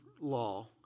law